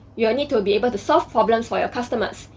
you need to be able to solve problems for you customers.